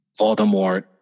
Voldemort